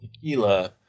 tequila